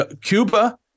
Cuba